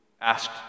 asked